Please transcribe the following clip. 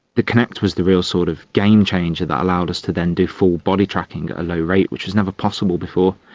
the kinect was the real sort of game changer that allowed us to then do full body tracking at a low rate, which was never possible before.